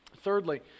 Thirdly